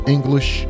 English